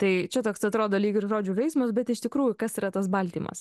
tai čia toks atrodo lyg ir žodžių žaismas bet iš tikrųjų kas yra tas baltymas